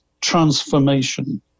transformation